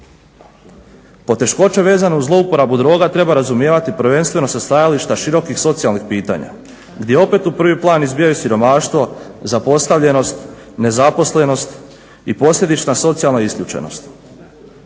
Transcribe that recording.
Poteškoće vezane uz zlouporabu droga treba razumijevati prvenstveno sa stajališta širokih socijalnih pitanja gdje opet u prvi plan izbijaju siromaštvo, zapostavljenost, nezaposlenost i posljedična socijalna isključenost.